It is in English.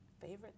Favorite